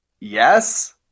Yes